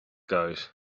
guys